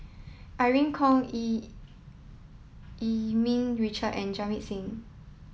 Irene Khong Yee Yee Ming Richard and Jamit Singh